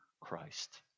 Christ